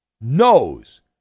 knows